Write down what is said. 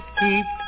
keep